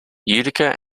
utica